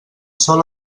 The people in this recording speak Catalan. sol